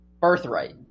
Birthright